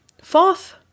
fourth